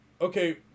okay